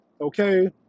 okay